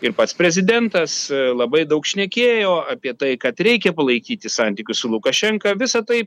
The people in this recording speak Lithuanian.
ir pats prezidentas labai daug šnekėjo apie tai kad reikia palaikyti santykius su lukašenka visa tai